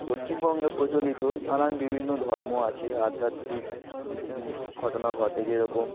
পশ্চিমবঙ্গে প্রচলিত নানান বিভিন্ন ধর্ম আছে আধ্যাত্মিক ঘটনা ঘটে যেরকম